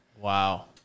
Wow